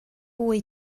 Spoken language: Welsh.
fwy